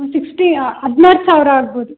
sixty ಹದಿನಾರು ಸಾವಿರ ಆಗ್ಬೋದು